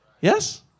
Yes